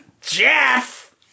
Jeff